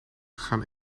gaan